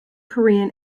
korean